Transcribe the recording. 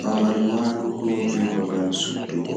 babal waalugo be babal suddugo